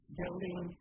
building